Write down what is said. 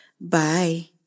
Bye